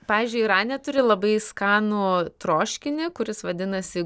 pavyzdžiui irane turi labai skanų troškinį kuris vadinasi